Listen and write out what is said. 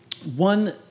One